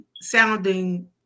sounding